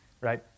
right